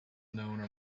known